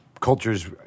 cultures